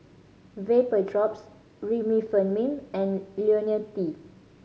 Vapodrops Remifemin and Ionil T